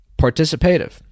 participative